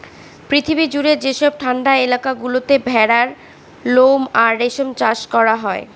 পৃথিবী জুড়ে যেসব ঠান্ডা এলাকা গুলোতে ভেড়ার লোম আর রেশম চাষ করা হয়